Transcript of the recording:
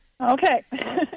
Okay